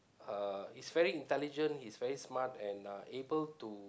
uh he's very intelligent he's very smart and uh able to